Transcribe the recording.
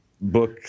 book